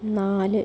നാല്